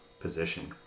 position